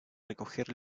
recoger